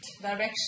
direction